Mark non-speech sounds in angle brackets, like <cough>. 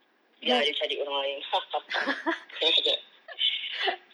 biar dia cari orang lain <laughs>